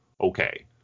Okay